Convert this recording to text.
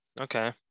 Okay